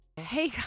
Hey